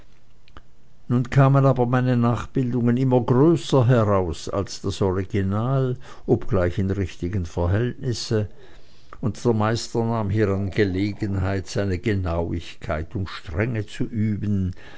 nun kamen aber meine nachbildungen immer größer heraus als das original obgleich in richtigem verhältnisse und der meister nahm hieran gelegenheit seine genauigkeit und strenge zu üben